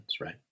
right